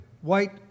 white